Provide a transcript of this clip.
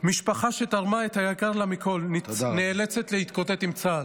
משפחה שתרמה את היקר לה מכול נאלצת להתקוטט עם צה"ל.